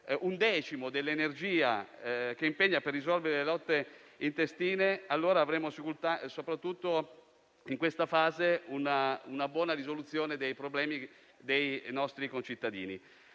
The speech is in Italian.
un decimo dell'energia che impegna per risolvere le lotte intestine avremmo, soprattutto in questa fase, una buona risoluzione dei problemi dei nostri concittadini.